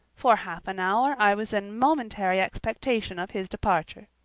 for half an hour i was in momentary expectation of his departure.